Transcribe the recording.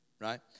right